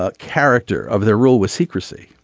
ah character of their rule was secrecy.